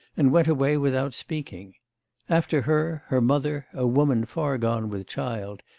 and went away without speaking after her, her mother, a woman far gone with child,